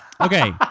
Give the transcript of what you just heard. Okay